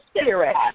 spirit